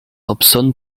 hobson